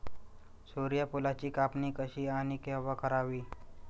सूर्यफुलाची कापणी कशी आणि केव्हा करावी?